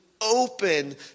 open